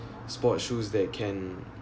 sports shoes that can